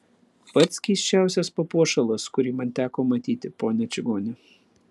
pats keisčiausias papuošalas kurį man teko matyti ponia čigone